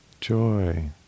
Joy